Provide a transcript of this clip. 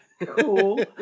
Cool